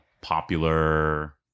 popular